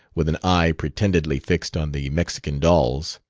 with an eye pretendedly fixed on the mexican dolls.